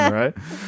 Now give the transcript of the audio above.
right